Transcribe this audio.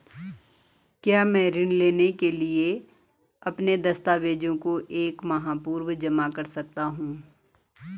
क्या मैं ऋण लेने के लिए अपने दस्तावेज़ों को एक माह पूर्व जमा कर सकता हूँ?